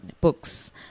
books